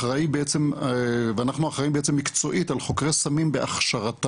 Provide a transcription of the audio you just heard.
אחראי בעצם ואנחנו אחראים בעצם מקצועית על חוקרי סמים בהכשרתם,